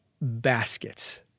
baskets